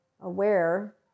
aware